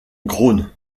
grosne